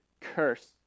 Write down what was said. curse